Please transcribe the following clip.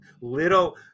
Little